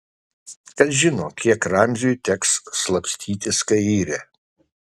kas žino kiek ramziui teks slapstytis kaire